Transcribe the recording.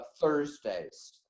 thursdays